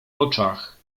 oczach